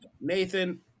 Nathan